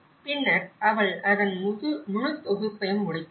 பின்னர் அவள் அதன் முழு தொகுப்பையும் முடித்தார்